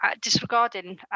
disregarding